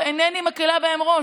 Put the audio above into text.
שאינני מקילה בהן ראש,